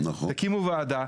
תקימו וועדה,